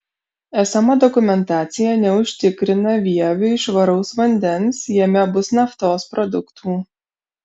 esama dokumentacija neužtikrina vieviui švaraus vandens jame bus naftos produktų